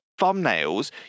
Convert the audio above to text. thumbnails